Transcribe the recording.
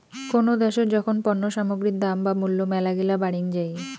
কোনো দ্যাশোত যখন পণ্য সামগ্রীর দাম বা মূল্য মেলাগিলা বাড়িং যাই